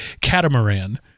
catamaran